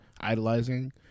idolizing